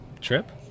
trip